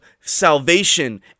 salvation